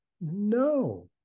no